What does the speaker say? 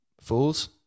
fools